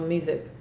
Music